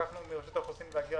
לקחנו מרשות האוכלוסין וההגירה,